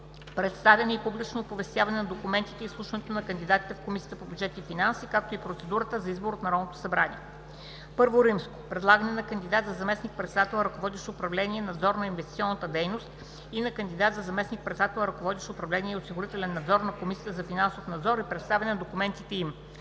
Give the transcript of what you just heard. представяне и публично оповестяване на документите и изслушването на кандидатите в Комисията по бюджет и финанси, както и процедурата за избор от Народното събрание: I. Предлагане на кандидат за заместник-председател, ръководещ управление „Надзор на инвестиционната дейност“, и на кандидат за заместник-председател, ръководещ управление „Осигурителен надзор“, на Комисията за финансов надзор и представяне на документите им.